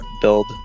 build